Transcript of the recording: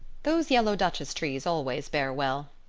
those yellow duchess trees always bear well,